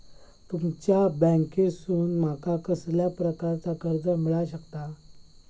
तुमच्या बँकेसून माका कसल्या प्रकारचा कर्ज मिला शकता?